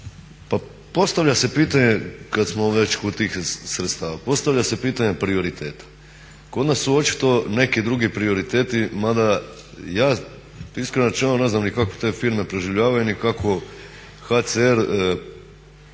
Pa postavlja se pitanje, kad smo već kod tih sredstava, postavlja se pitanje prioriteta. Kod nas su očito neki drugi prioriteti mada ja iskreno rečeno ne znam ni kako te firme preživljavaju ni kako HCR uopće misli da